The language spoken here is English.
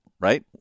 right